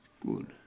good